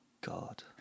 God